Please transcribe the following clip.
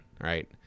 right